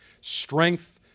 strength